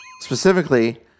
Specifically